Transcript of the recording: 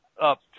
up